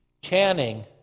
Channing